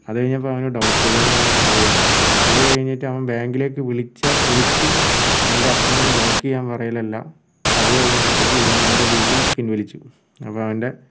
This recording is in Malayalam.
അതു കഴിഞ്ഞപ്പോൾ അവന് ഡൗട്ട് ഇതെങ്ങനെയാണ് പോയതെന്ന് അതു കഴിഞ്ഞിട്ട് അവൻ ബാങ്കിലേക്ക് വിളിച്ച വിളിച്ച് എൻ്റെ അക്കൗണ്ട് ബ്ലോക്ക് ചെയ്യാൻ പറയലെല്ലാം അതു കഴിഞ്ഞപ്പൊഴത്തേക്ക് ഇവൻ അതിൻ്റെ വീണ്ടും പിൻവലിച്ചു അപ്പോൾ അവൻ്റെ